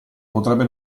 potrebbe